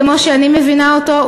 כמו שאני מבינה אותו,